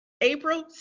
april